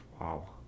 Wow